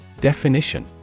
Definition